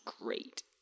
great